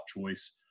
choice